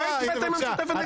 אתם הפלתם אותו עם מרצ.